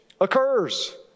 occurs